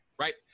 right